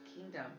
kingdom